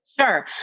Sure